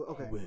Okay